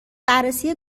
بررسی